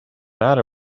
matter